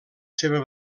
seva